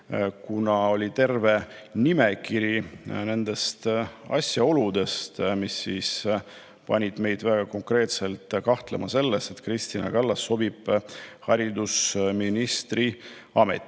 oli terve nimekiri asjaoludest, mis panid meid konkreetselt kahtlema selles, et Kristina Kallas sobib haridusministri ametisse.